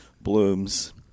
blooms